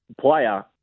player